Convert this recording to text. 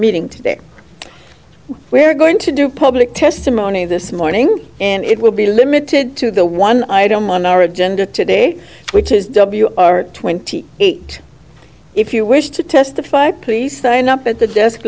meeting today we are going to do public testimony this morning and it will be limited to the one item one our agenda today which is w r twenty eight if you wish to testify please thing up at the desk